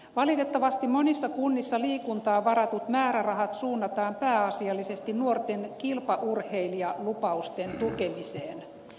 valitettavasti monissa kunnissa liikuntaan varatut määrärahat suunnataan pääasiallisesti nuorten kilpaurheilijalupausten tukemiseen